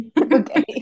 Okay